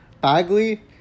Bagley